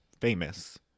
famous